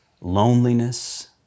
loneliness